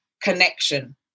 connection